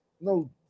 no